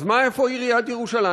אז מה, איפה עיריית ירושלים?